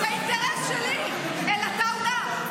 זה אינטרס שלי, עטאונה.